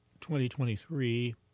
2023